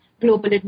global